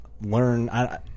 learn